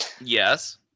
Yes